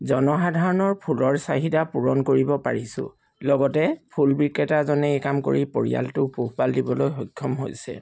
জনসাধাৰণৰ ফুলৰ চাহিদা পূৰণ কৰিব পাৰিছোঁ লগতে ফুল বিক্ৰেতাজনে এই কাম কৰি পৰিয়ালটো পোহপাল দিবলৈ সক্ষম হৈছে